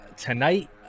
tonight